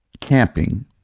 camping